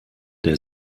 der